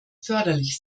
förderlich